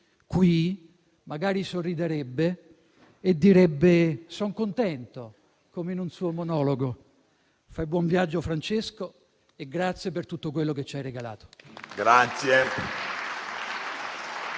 qui, magari sorriderebbe e direbbe "son contento", come in un suo monologo. Fai buon viaggio, Francesco, e grazie per tutto quello che ci hai regalato.